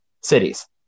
cities